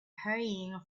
hurrying